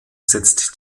setzt